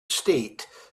state